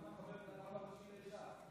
למה אתה מחבר את הרב הראשי לש"ס?